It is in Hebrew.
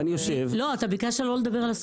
אני יושב --- ביקשת לא לדבר על הסוגיה ברעננה.